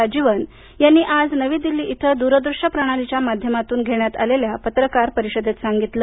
राजीवन यांनी आज नवी दिल्ली इथं दूरदृश्य प्रणालीच्या माध्यमातून घेण्यात आलेल्या पत्रकार परिषदेत सांगितलं